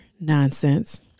nonsense